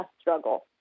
struggle